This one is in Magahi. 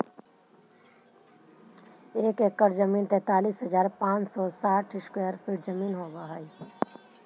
एक एकड़ जमीन तैंतालीस हजार पांच सौ साठ स्क्वायर फीट जमीन होव हई